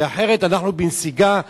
כי אחרת אנחנו בנסיגה.